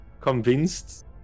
convinced